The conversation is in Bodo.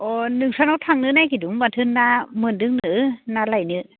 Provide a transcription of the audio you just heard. अ' नोंस्रानाव थांनो नागिरदोंमोन माथो ना मोन्दोंनो ना लायनो